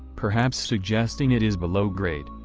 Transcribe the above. perhaps suggesting it is below grade.